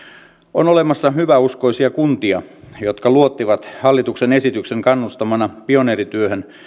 on olemassa hyväuskoisia kuntia jotka luottivat hallituksen esityksen kannustamina pioneerityöhön